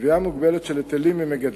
גבייה מוגבלת של היטלים ממגדלים,